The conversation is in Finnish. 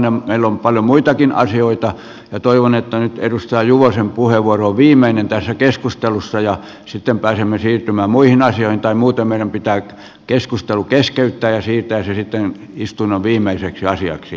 meillä on paljon muitakin asioita ja toivon että nyt edustaja juvosen puheenvuoro on viimeinen tässä keskustelussa ja sitten pääsemme siirtymään muihin asioihin tai muuten meidän pitää keskustelu keskeyttää ja siirtää se sitten istunnon viimeiseksi asiaksi